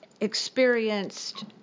experienced